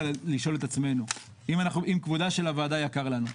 לשאול את עצמנו אם כבודה של הוועדה יקר לנו.